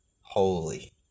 holy